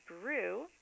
Brew